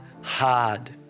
hard